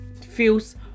feels